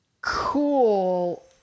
cool